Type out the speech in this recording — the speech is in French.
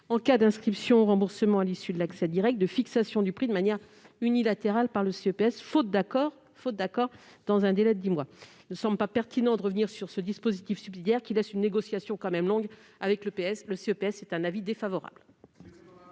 en cas d'inscription au remboursement à l'issue de l'accès direct, de fixation du prix de manière unilatérale par le CEPS, faute d'accord dans un délai de dix mois. Il ne semble pas pertinent de revenir sur ce dispositif subsidiaire, qui préserve tout de même la durée des négociations avec le CEPS. La commission est donc défavorable